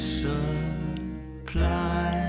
supply